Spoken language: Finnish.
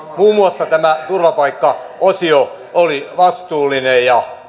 muun muassa tämä turvapaikkaosio oli vastuullinen